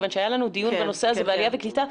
כיוון שהיה לנו דיון בנושא הזה בעלייה וקליטה,